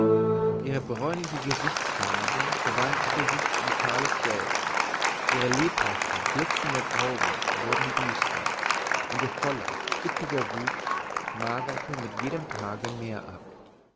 ihre bräunliche gesichtsfarbe verwandelte sich in fahles gelb ihre lebhaften blitzenden augen wurden düster und ihr voller üppiger wuchs magerte mit jedem tage mehr ab